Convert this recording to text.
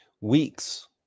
weeks